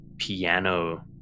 piano